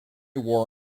war